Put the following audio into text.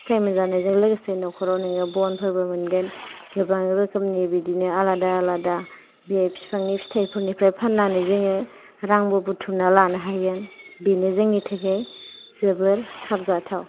फिथाय मोनजानायजों लोगोसे नखराव नोंयो बनफोरबो मोनगोन गोबां रोखोमनि बिदिनो आलादा आलादा बे फिफांनि फिथायफोरनिफ्राय फान्नानै जोङो रांबो बुथुमना लानो हागोन बेनो जोंनि थाखाय जोबोर साबजाथाव